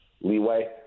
leeway